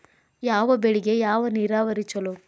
ಯಾವ ಬೆಳಿಗೆ ಯಾವ ನೇರಾವರಿ ಛಲೋ?